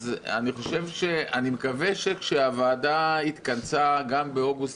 אני מקווה שכאשר הוועדה התכנסה באוגוסט